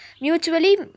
mutually